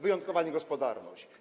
Wyjątkowa niegospodarność.